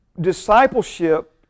discipleship